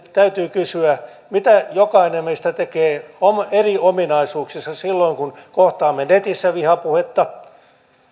täytyy kysyä mitä jokainen meistä tekee eri ominaisuuksissa silloin kun kohtaamme netissä vihapuhetta